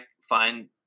find